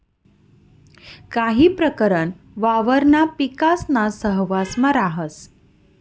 काही प्रकरण वावरणा पिकासाना सहवांसमा राहस